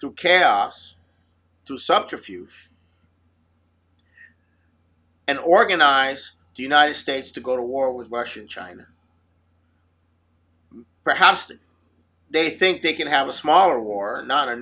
to chaos to subterfuge and organize the united states to go to war with russia and china perhaps they think they can have a smaller war not a